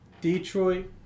Detroit